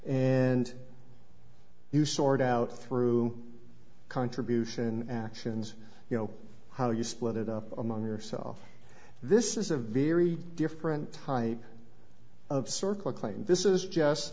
and you sort out through contribution actions you know how you split it up among yourself this is a very different type of circle claim this is just